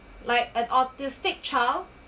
like an autistic child